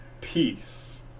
peace